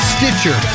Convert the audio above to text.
Stitcher